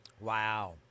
Wow